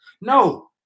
No